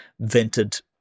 vented